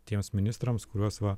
tiems ministrams kuriuos va